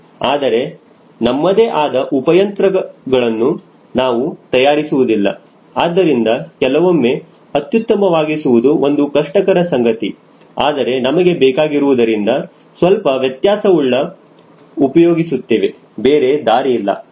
ಆದರೆ ನಮ್ಮದೇ ಆದ ಉಪಯಂತ್ರಗಳನ್ನು ನಾವು ತಯಾರಿಸುವುದಿಲ್ಲ ಆದ್ದರಿಂದ ಕೆಲವೊಮ್ಮೆ ಅತ್ಯುತ್ತಮವಾಗಿಸುವುದು ಒಂದು ಕಷ್ಟಕರ ಸಂಗತಿ ಆದರೆ ನಮಗೆ ಬೇಕಾಗಿರುವುದರಿಂದ ಸ್ವಲ್ಪ ವ್ಯತ್ಯಾಸವುಳ್ಳ ಉಪಯೋಗಿಸುತ್ತೇವೆ ಬೇರೆ ದಾರಿಯಿಲ್ಲ